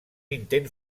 intent